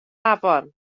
afon